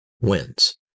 wins